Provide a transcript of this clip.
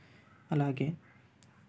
అలాగే